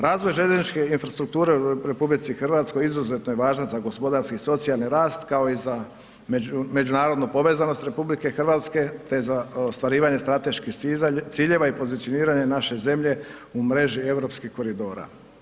Razvoj željezničke infrastrukture u HR izuzetno je važno za gospodarski i socijalni rast, kao i za međunarodnu povezanost RH te za ostvarivanje strateških ciljeva i pozicioniranje naše zemlje u mreži europskih koridora.